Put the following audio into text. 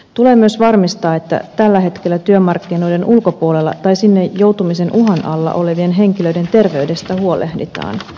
tulee myös varmistaa että tällä hetkellä työmarkkinoiden ulkopuolella tai sinne joutumisen uhan alla olevien henkilöiden terveydestä huolehditaan